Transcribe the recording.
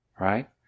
right